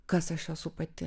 kas aš esu pati